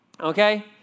Okay